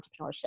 entrepreneurship